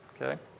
Okay